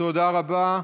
תודה רבה.